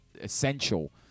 essential